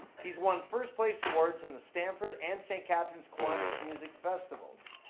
he's won first place awards in the stamford and st. catharines kiwanis music festivals.